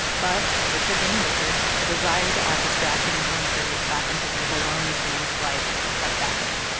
but, richard being richard, the desire to add distracting adventures back into their baloney-sandwich life crept back in.